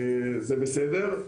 וזה בסדר,